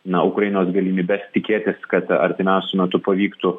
na ukrainos galimybes tikėtis kad artimiausiu metu pavyktų